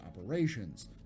operations